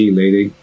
lady